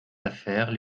affaires